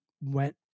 went